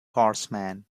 horseman